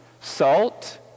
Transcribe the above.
Salt